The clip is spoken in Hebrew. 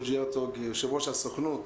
בוז'י הרצוג, יושב-ראש הסוכנות,